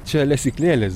čia lesyklėlės